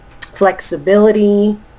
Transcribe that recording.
flexibility